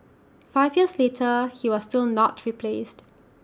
five years later he was still not replaced